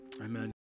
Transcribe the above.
Amen